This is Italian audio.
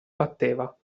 batteva